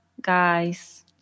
Guys